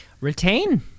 Retain